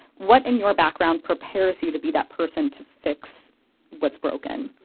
what in your background prepares you to be that person to fix what's broken?